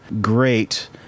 great